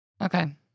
Okay